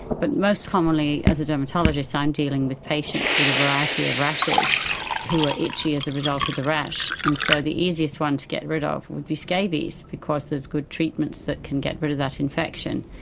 but most commonly as a dermatologist i'm dealing with patients with a variety of rashes who are itchy as a result of the rash, and so the easiest one to get rid of would be scabies because there are good treatments that can get rid of that infection,